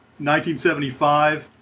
1975